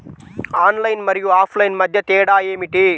Online మరియు offline మధ్య తేడా ఏమిటీ?